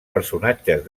personatges